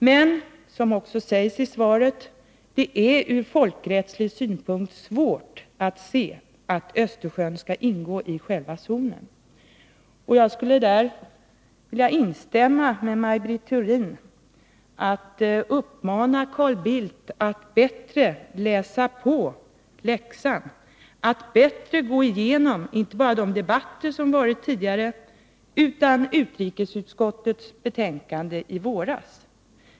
Men, som också sägs i svaret, det är ur folkrättslig synpunkt svårt att se att Östersjön skall ingå i själva zonen. I likhet med Maj Britt Theorin vill jag uppmana Carl Bildt att bättre läsa på läxan, att bättre gå igenom inte bara de debatter som har förts tidigare utan även utrikesutskottets betänkande i våras.